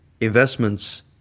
investments